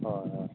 ᱦᱳᱭ ᱦᱳᱭ